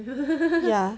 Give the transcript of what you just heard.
ya